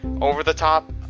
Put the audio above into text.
over-the-top